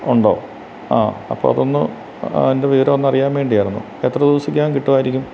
ഉണ്ടോ ആ അപ്പോൾ അതൊന്ന് അതിൻ്റെ വിവരമെന്നറിയാൻ വേണ്ടിയായിരുന്നു എത്ര ദിവസത്തിനകം കിട്ടുമായിരിക്കും